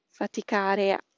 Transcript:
faticare